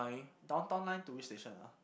Downtown Line to which station ah